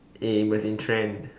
it was in trend